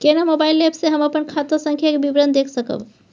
केना mobile app से हम अपन खाता संख्या के विवरण देख सकब?